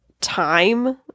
time